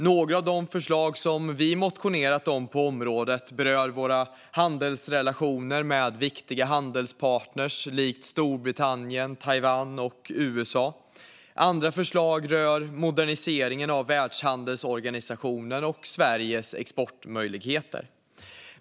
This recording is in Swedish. Några av de förslag som vi har motionerat om på området berör Sveriges handelsrelationer med viktiga handelspartner likt Storbritannien, Taiwan och USA. Andra förslag rör moderniseringen av Världshandelsorganisationen och Sveriges exportmöjligheter.